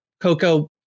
coco